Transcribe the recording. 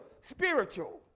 spiritual